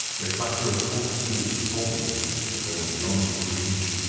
the clatter of horses' hoofs told him that they were beyond his reach.